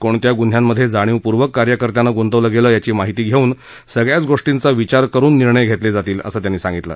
कोणत्या गुन्ह्यांमध्ये जाणीवपूर्वक कार्यकर्त्यांना ग्ंतवलं गेलं याची माहिती घेऊन सगळ्याच गोष्टींचा विचार करून निर्णय घेतले जातील असं त्यांनी सांगितलं